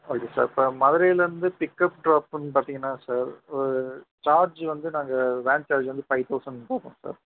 okay sir இப்போ மதுரையிலேர்ந்து pick up ட்ராப்புன்னு பார்த்தீங்கன்னா சார் சார்ஜு வந்து நாங்கள் வேன் சார்ஜு வந்து ஃபைவ் தௌசண்ட் போடுறோம் சார்